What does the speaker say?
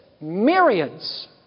myriads